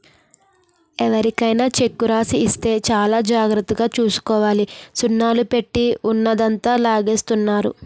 ఎవరికైనా చెక్కు రాసి ఇస్తే చాలా జాగ్రత్తగా చూసుకోవాలి సున్నాలు పెట్టి ఉన్నదంతా లాగేస్తున్నారు